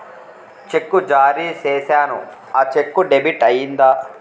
చెక్కు జారీ సేసాను, ఆ చెక్కు డెబిట్ అయిందా